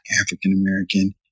African-American